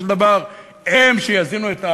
שלא מסוגלת אלא לשלוט על דברים שלא שייכים לה,